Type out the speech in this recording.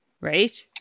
Right